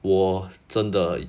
我真的